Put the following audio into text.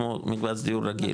כמו מקבץ דיור רגיל.